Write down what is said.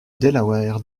delaware